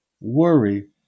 Worry